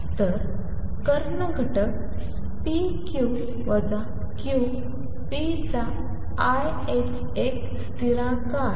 तरकर्ण घटक p q q p चा i ℏ एक स्तिरान्क आहे